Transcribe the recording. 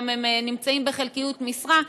גם הם מועסקים בחלקיות משרה.